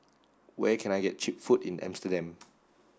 where can I get cheap food in Amsterdam